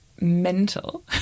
mental